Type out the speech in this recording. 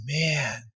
man